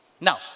Now